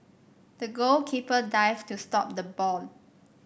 the goalkeeper dived to stop the ball